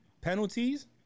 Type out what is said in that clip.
penalties